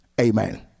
Amen